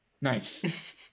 Nice